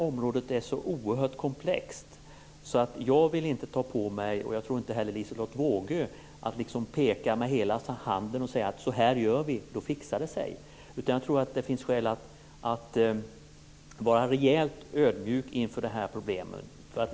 Området är så oerhört komplext att jag inte vill - jag tror inte heller Liselotte Wågö - ta på mig att peka med hela handen och säga att så skall det hela göras för att det skall fixa sig. Det finns skäl att vara rejält ödmjuk inför problemet.